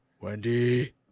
Wendy